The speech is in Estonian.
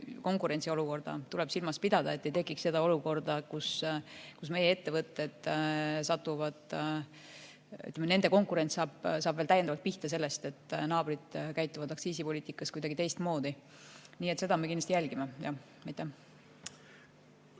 konkurentsiolukorda tuleb silmas pidada, et ei tekiks olukorda, kus meie ettevõtted satuvad [raskustesse], kus nende konkurentsivõime saab veel täiendavalt pihta sellest, et naabrid käituvad aktsiisipoliitikas kuidagi teistmoodi. Nii et seda me kindlasti jälgime, jah.